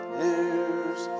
news